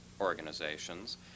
organizations